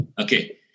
Okay